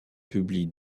publient